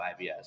IBS